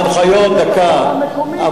ההנחיות, אני חשבתי שאתה, דקה.